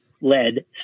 led